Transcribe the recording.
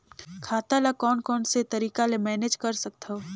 खाता ल कौन कौन से तरीका ले मैनेज कर सकथव?